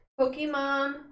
Pokemon